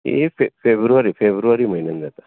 ही फेब्रुवारी फेब्रुवारी म्हयन्यांत जाता